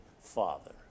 Father